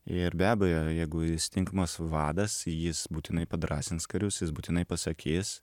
ir be abejo jeigu jis tinkamas vadas jis būtinai padrąsins karius jis būtinai pasakys